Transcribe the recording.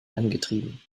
angetrieben